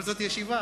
אבל זאת ישיבה,